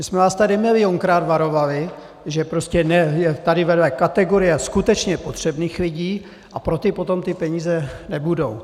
My jsme vás tady milionkrát varovali, že prostě je tady vedle kategorie skutečně potřebných lidí a pro ty potom ty peníze nebudou.